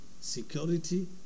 security